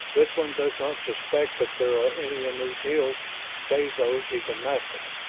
this one does not suspect that there are any in these hills save those he can master.